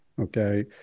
Okay